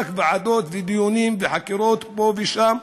רק ועדות, דיונים וחקירות פה ושם,